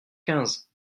quinze